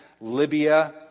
Libya